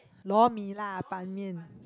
lor-mee lah ban-mian